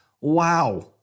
Wow